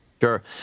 Sure